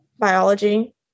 biology